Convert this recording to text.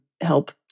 help